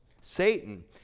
Satan